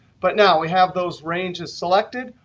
but now we have those ranges selected.